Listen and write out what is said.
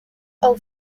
are